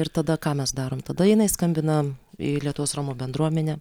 ir tada ką mes darom tada jinai skambina į lietuvos romų bendruomenę